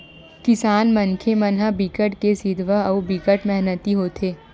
किसान मनखे मन ह बिकट के सिधवा अउ बिकट मेहनती होथे